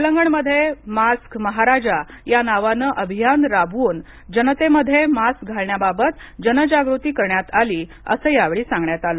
तेलंगणमध्ये मास्क महाराजा या नावानं अभियान राबवून जनतेमध्ये मास्क घालण्याबाबत जनजागृती करण्यात आली असं यावेळी सांगण्यात आलं